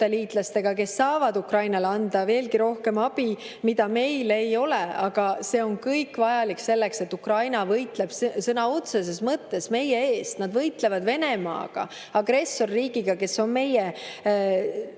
suurte liitlastega, kes saavad Ukrainale anda veelgi rohkem abi, mida meil ei ole. Aga see on kõik vajalik selleks, et Ukraina võitleb sõna otseses mõttes meie eest, nad võitlevad Venemaaga, agressorriigiga, kes on meie